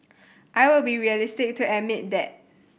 I will be realistic to admit that